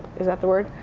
is that the word?